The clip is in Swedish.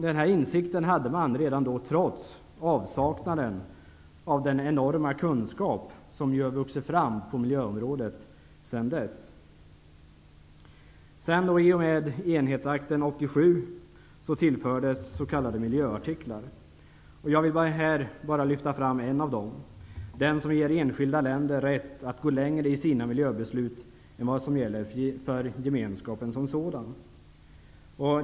Denna insikt hade man redan då, trots avsaknaden av den enorma kunskap som har vuxit fram på miljöområdet sedan dess. miljöartiklar. Jag vill här bara lyfta fram en av dem, den som ger enskilda länder rätt att gå längre i sina miljöbeslut än vad som gäller för Gemenskapen som sådan.